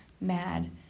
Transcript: mad